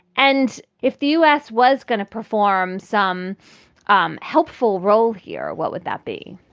and if the u s. was going to perform some um helpful role here, what would that be?